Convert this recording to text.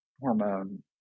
hormone